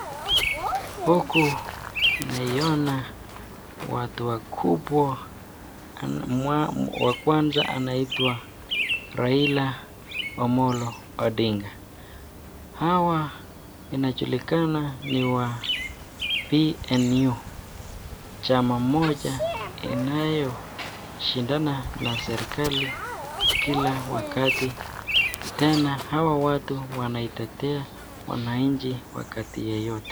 Huku naiona watu wakubwa wa kwanza anaitwa Rila Omolo Odinga. Hawa inajulikana ni wa PNU chama moja inayoshindana na serikali kila wakati. Tena hawa watu wanaitetea wananchi wakati yeyote.